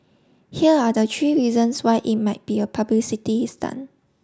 here are the three reasons why it might be a publicity stunt